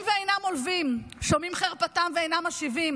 ואינם עולבים שומעים חרפתם ואינם משיבים,